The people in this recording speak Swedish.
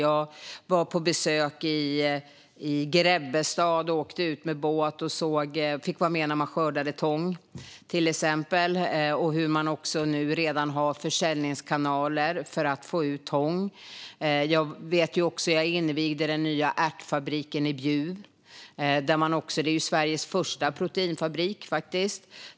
Jag var på besök i Grebbestad. Jag åkte ut med båt och fick vara med när man skördade tång. Redan nu har man försäljningskanaler för att få ut tång. Jag invigde den nya ärtfabriken i Bjuv, som är Sveriges första proteinfabrik.